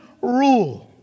rule